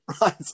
right